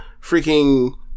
freaking